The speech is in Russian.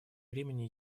времени